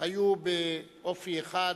היו באופי אחד